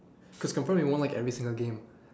cause confirm you won't like every single game